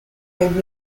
and